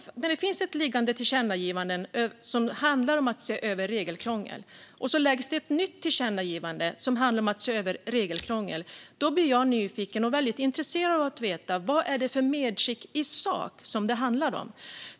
När det finns ett liggande tillkännagivande som handlar om att se över regelkrångel och det sedan läggs ett nytt tillkännagivande som handlar om att se över regelkrångel blir jag nyfiken och väldigt intresserad av att få veta vad det är för medskick i sak som det handlar om.